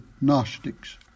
Gnostics